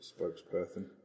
spokesperson